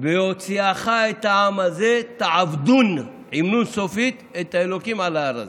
בהוציאך את העם הזה תעבדון את האלוקים על ההר הזה.